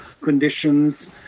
conditions